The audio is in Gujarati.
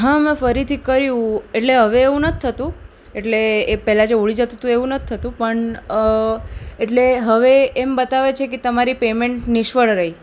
હા મેં ફરીથી કર્યું એટલે હવે એવું નથી થતું એટલે એ પહેલાં જે ઉડી જતું હતું એવું નથી થતું પણ એટલે હવે એમ બતાવે છે કે તમારી પેમેન્ટ નિષ્ફળ રહી